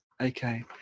Okay